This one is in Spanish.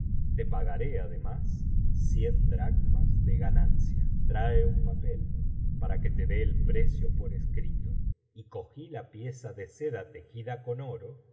te pagaré además cien dracmas de ganancia trae un papel para que te dé el precio por escrito y cogí la pieza de seda tejida con oro